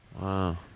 Wow